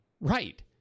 Right